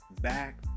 back